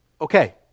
Okay